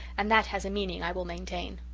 and that has a meaning i will maintain.